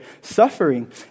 suffering